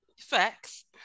Facts